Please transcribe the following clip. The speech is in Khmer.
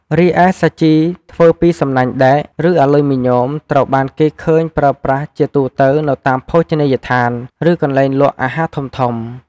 រីឯ សាជីធ្វើពីសំណាញ់ដែក ឬអាលុយមីញ៉ូមត្រូវបានគេឃើញប្រើប្រាស់ជាទូទៅនៅតាមភោជនីយដ្ឋាន ឬកន្លែងលក់អាហារធំៗ។